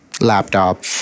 laptop